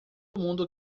mundo